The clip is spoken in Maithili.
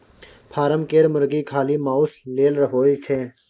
फारम केर मुरगी खाली माउस लेल होए छै